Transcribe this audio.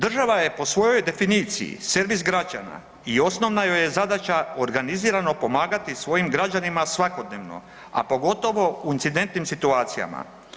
Država je po svojoj definiciji servis građana i osnovna joj je zadaća organizirano pomagati svojim građanima svakodnevno, a pogotovo u incidentnim situacijama.